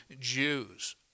Jews